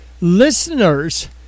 listeners